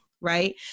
right